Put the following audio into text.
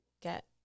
get